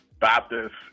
Baptist